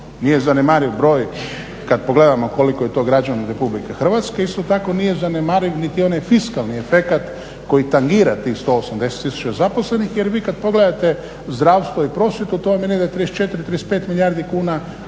Nije zanemariv broj kad pogledamo koliko je to građana RH, isto tako nije zanemariv niti onaj fiskalni efekt koji tangira tih 180 tisuća zaposlenih jer vi kad pogledate u zdravstvo i prosvjetu to vam je negdje 34, 35 milijardi kuna